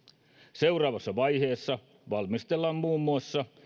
seuraavassa vaiheessa valmistellaan muun muassa